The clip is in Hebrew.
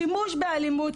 שימוש באלימות,